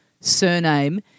surname